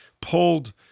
pulled